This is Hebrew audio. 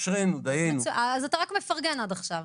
אז אתה רק מפרגן עד עכשיו.